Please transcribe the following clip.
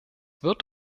wird